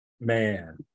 Man